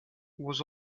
was